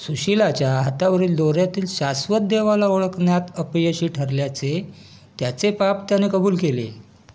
सुशिलाच्या हातावरील दोऱ्यातील शाश्वत देवाला ओळखण्यात अपयशी ठरल्याचे त्याचे पाप त्याने कबूल केले